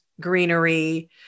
greenery